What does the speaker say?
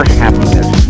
happiness